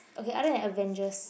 okay other than Avengers